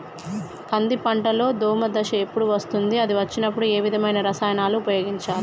కంది పంటలో దోమ దశ ఎప్పుడు వస్తుంది అది వచ్చినప్పుడు ఏ విధమైన రసాయనాలు ఉపయోగించాలి?